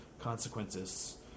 consequences